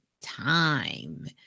time